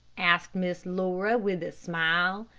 asked miss laura, with a smile.